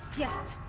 yes!